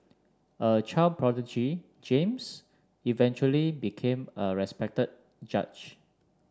a child prodigy James eventually became a respected judge